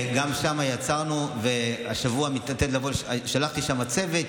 גם שם יצרנו, והשבוע מתעתד לבוא, שלחתי לשם צוות.